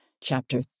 chapter